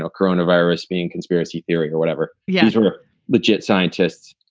ah corona virus being conspiracy theory or whatever. yeah, we're legit scientists.